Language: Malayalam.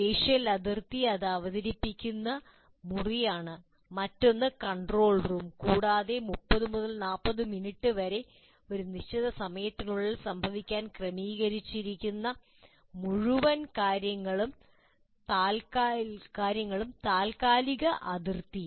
സ്പേഷ്യൽ അതിർത്തി അത് അവതരിപ്പിക്കുന്ന മുറിയാണ് മറ്റൊന്ന് കൺട്രോൾ റൂം കൂടാതെ 30 മുതൽ 45 മിനിറ്റ് വരെ ഒരു നിശ്ചിത സമയത്തിനുള്ളിൽ സംഭവിക്കാൻ ക്രമീകരിച്ചിരിക്കുന്ന മുഴുവൻ കാര്യങ്ങളും ടെമ്പറൽ അതിർത്തി